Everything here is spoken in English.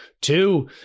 two